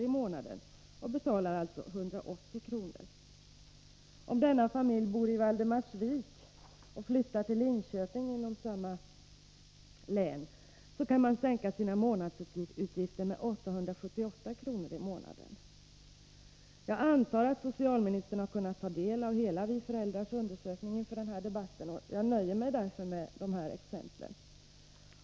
i månaden och alltså betala 180 kr. Om familjen bor i Valdemarsvik och flyttar till Linköping i samma län kan den sänka månadsutgifterna för barnomsorgen med 878 kr. i månaden. Jag antar att socialministern har kunnat ta del av hela undersökningen, införd i Vi föräldrar inför den här debatten, varför jag nöjer mig med dessa exempel.